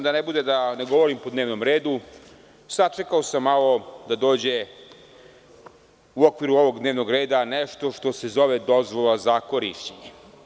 Da ne bude da ne govorim po dnevnom redu, sačekao sam da u okviru ovog dnevnog reda dođe nešto što se zove dozvola za korišćenje.